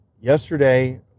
yesterday